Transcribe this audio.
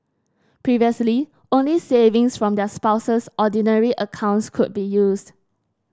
previously only savings from their spouse's Ordinary accounts could be used